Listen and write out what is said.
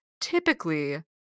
typically